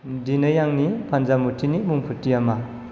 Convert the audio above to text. दिनै आंनि फान्जामुथिनि बुंफोरथिया मा